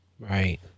Right